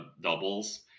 doubles